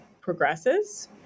progresses